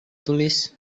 tulis